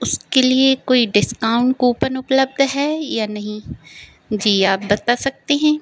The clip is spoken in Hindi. उसके लिए कोई डिस्काउंट कूपन उपलब्ध है या नहीं जी आप बता सकते हैं